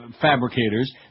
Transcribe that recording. fabricators